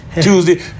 Tuesday